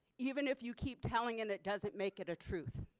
even if you keep telling it it does it make it a truth.